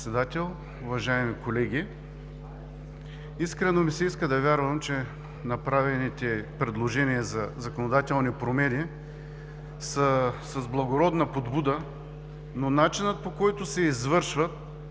да вярвам, че направените предложения за законодателни промени са с благородна подбуда, но начинът, по който се извършват,